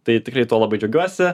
tai tikrai tuo labai džiaugiuosi